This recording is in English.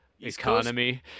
economy